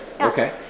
Okay